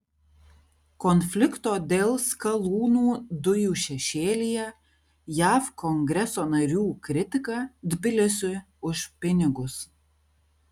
konflikto dėl skalūnų dujų šešėlyje jav kongreso narių kritika tbilisiui už pinigus